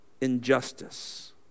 injustice